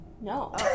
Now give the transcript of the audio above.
No